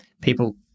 people